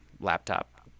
laptop